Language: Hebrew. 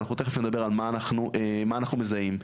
שאנחנו תיכף נדבר על מה אנחנו מה אנחנו מזהים.